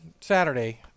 Saturday